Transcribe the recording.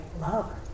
love